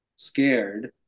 scared